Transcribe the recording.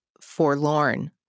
forlorn